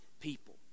people